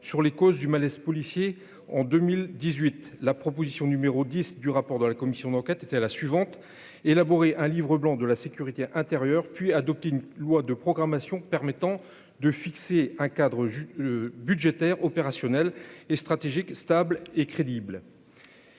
sur les causes du malaise policier en 2018 la proposition numéro 10 du rapport de la commission d'enquête était la suivante : élaborer un Livre blanc de la sécurité intérieure, puis adopté une loi de programmation permettant de fixer un cadre budgétaire opérationnel et stratégiques stable et crédible.